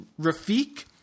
Rafik